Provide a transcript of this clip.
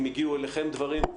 אם הגיעו אליכם דברים,